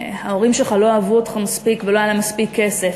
ל"ההורים שלך לא אהבו אותך מספיק ולא היה להם מספיק כסף".